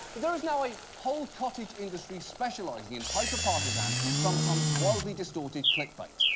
there's now a whole cottage industry specializing in hyper-partisan, sometimes wildly distorted clickbait.